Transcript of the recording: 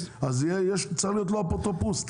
צריך להיות לו אפוטרופוס.